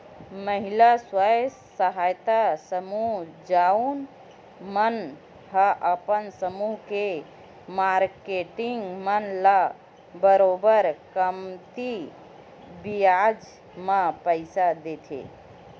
महिला स्व सहायता समूह जउन मन ह अपन समूह के मारकेटिंग मन ल बरोबर कमती बियाज म पइसा देथे